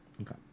Okay